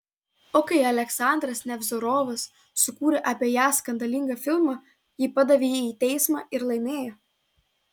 o kai aleksandras nevzorovas sukūrė apie ją skandalingą filmą ji padavė jį į teismą ir laimėjo